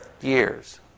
years